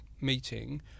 meeting